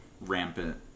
rampant